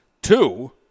Two